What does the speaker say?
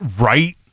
Right